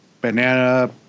Banana